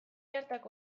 hartako